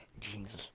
Jesus